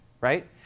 Right